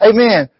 Amen